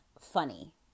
funny